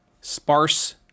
sparse